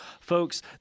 Folks